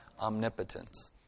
omnipotence